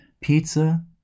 Pizza